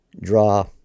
draw